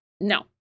No